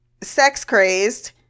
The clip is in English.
sex-crazed